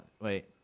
wait